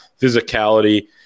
physicality